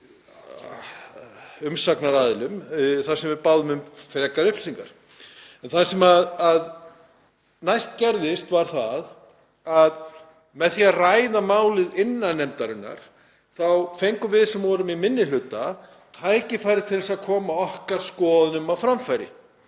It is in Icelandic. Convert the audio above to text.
umsagnaraðilum, þar sem við báðum um frekari upplýsingar. En það sem gerðist næst var að með því að ræða málið innan nefndarinnar fengum við sem vorum í minni hluta tækifæri til að koma okkar skoðunum á framfæri.